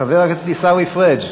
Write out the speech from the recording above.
חבר הכנסת עיסאווי פריג',